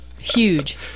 huge